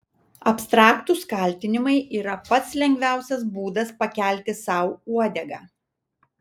abstraktūs kaltinimai yra pats lengviausias būdas pakelti sau uodegą